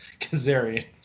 Kazarian